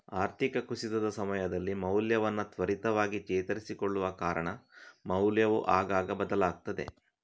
ಆರ್ಥಿಕ ಕುಸಿತದ ಸಮಯದಲ್ಲಿ ಮೌಲ್ಯವನ್ನ ತ್ವರಿತವಾಗಿ ಚೇತರಿಸಿಕೊಳ್ಳುವ ಕಾರಣ ಮೌಲ್ಯವು ಆಗಾಗ ಬದಲಾಗ್ತದೆ